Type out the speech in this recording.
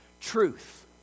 truth